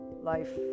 life